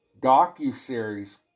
docu-series